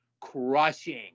crushing